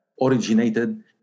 originated